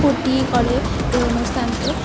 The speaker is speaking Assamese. ফুৰ্ত্তি কৰে এই অনুষ্ঠানটোত